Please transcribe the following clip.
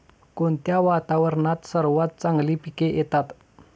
कोणत्या वातावरणात सर्वात चांगली पिके येतात?